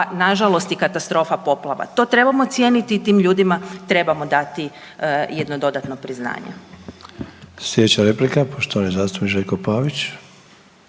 nažalost i katastrofa poplava. To trebamo cijeniti i tim ljudima trebamo dati jedno dodatno priznaje.